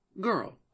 Girl